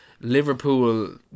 Liverpool